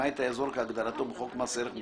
למעט האזור כהגדרתו בחוק מס ערך מוסף,